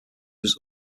was